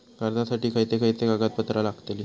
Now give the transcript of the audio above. कर्जासाठी खयचे खयचे कागदपत्रा लागतली?